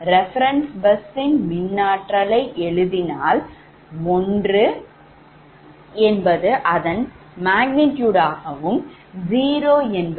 Reference bus ன் மின்னாற்றலை எழுதினால்1∠0∘